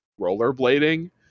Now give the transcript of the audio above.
rollerblading